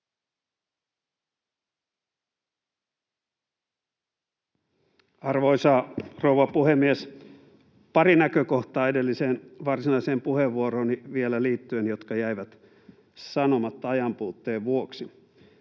Arvoisa rouva puhemies! Vielä liittyen edelliseen varsinaiseen puheenvuorooni pari näkökohtaa, jotka jäivät sanomatta ajanpuutteen vuoksi.